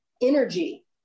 energy